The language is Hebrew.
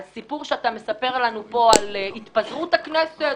הסיפור שאתה מספר לנו פה על התפזרות הכנסת,